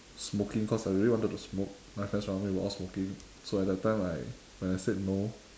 smoking cause I really wanted to smoke my friends around me were all smoking so at that time I when I said no